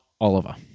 Oliver